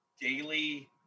daily